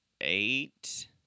eight